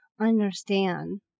understand